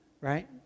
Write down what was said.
Right